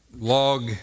Log